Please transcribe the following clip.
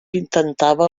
intentava